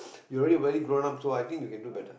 you already very grown up so I think you can do better